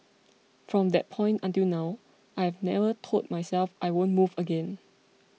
from that point until now I have never told myself I won't move again